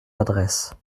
adresse